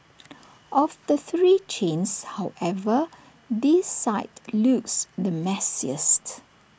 of the three chains however this site looks the messiest